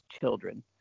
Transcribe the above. children